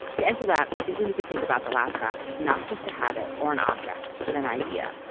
to answer that i think we need to think about the laugh track as not just a habit or an object, but an idea,